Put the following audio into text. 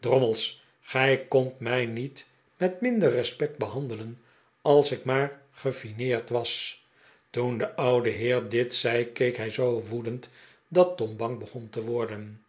drommels gij kondt mij niet met minder respect behandelen als ik maar gefineerd was toen de oude heer dit zei keek hij zoo woedend dat tom bang begon te worden